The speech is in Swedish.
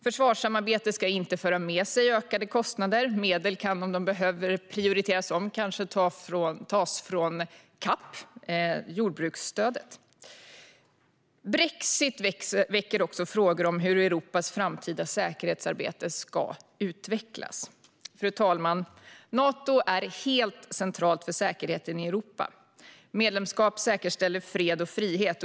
Försvarssamarbetet ska inte föra med sig ökade kostnader. Medel kan, om det behövs, prioriteras om och kanske tas från CAP, jordbruksstödet. Brexit väcker också frågor om hur Europas framtida säkerhetssamarbete ska utvecklas. Fru talman! Nato är helt centralt för säkerheten i Europa. Medlemskap säkerställer fred och frihet.